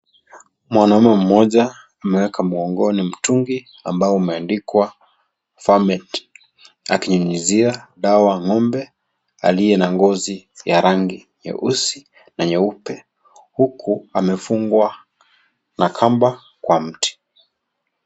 Mwanaume mmoja ameweka mgogoni mutungi ambao umeandikwa fermint akinyunyusia dawa ng'ombe aliye na ngozi ya rangi nyeusi na nyeupe huku amefungwa na kamba kwa mti.